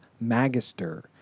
Magister